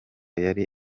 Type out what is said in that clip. yari